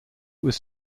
was